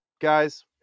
Guys